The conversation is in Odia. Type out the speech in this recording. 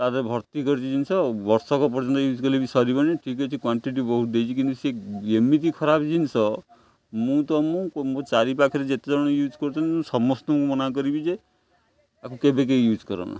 ତା ଦେହରେ ଭର୍ତ୍ତି କରିଛି ଜିନିଷ ବର୍ଷକ ପର୍ଯ୍ୟନ୍ତ ୟୁଜ୍ କଲେ ବି ସରିବନି ଠିକ୍ ଅଛି କ୍ଵାଣ୍ଟିଟି ବହୁତ ଦେଇଛି କିନ୍ତୁ ସେ ଏମିତି ଖରାପ ଜିନିଷ ମୁଁ ତ ମୁଁ ମୋ ଚାରି ପାଖରେ ଯେତେ ଜଣ ୟୁଜ୍ କରୁଛନ୍ତି ମୁଁ ସମସ୍ତଙ୍କୁ ମନା କରିବି ଯେ ତାକୁ କେବେ କେହି ୟୁଜ୍ କରନା